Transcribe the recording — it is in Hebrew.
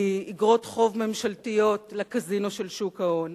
מאיגרות חוב ממשלתיות, לקזינו של שוק ההון?